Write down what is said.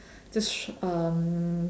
just um